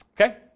Okay